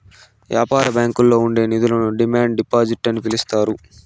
యాపార బ్యాంకుల్లో ఉండే నిధులను డిమాండ్ డిపాజిట్ అని పిలుత్తారు